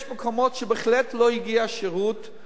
יש מקומות שבהחלט לא הגיע שירות,